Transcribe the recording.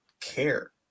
care